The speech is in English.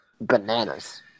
bananas